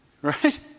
Right